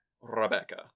Rebecca